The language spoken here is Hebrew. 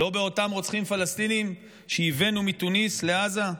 לא באותם רוצחים פלסטינים שייבאנו מתוניס לעזה?